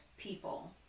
People